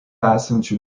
esančių